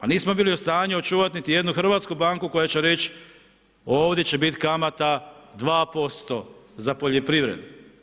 A nismo bili u stanju očuvati niti jednu hrvatsku banku koja će reći ovdje će biti kamata 2% za poljoprivredu.